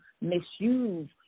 misuse